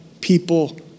people